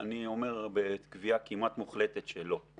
אני אומר בקביעה כמעט מוחלטת שלא.